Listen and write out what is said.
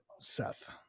Seth